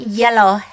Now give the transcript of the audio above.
yellow